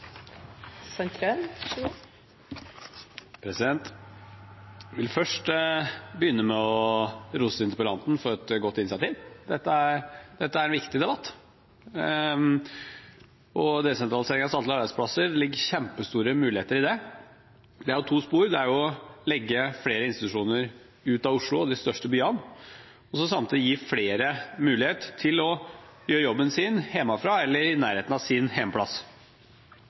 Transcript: en viktig debatt. Det ligger kjempestore muligheter i desentralisering av statlige arbeidsplasser. Det er to spor: Det er å legge flere institusjoner ut av Oslo og de største byene og samtidig gi flere mulighet til å gjøre jobben sin hjemmefra eller i nærheten av sin